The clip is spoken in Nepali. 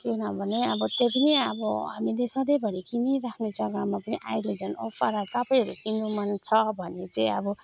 किनभने अब त्यही पनि अब हामीले सधैँभरि किनिराख्ने जग्गामा पनि अहिले झन् अफर तपाईँहरूलाई किन्नु मन छ भने चाहिँ अब